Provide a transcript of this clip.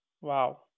Wow